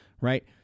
right